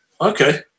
okay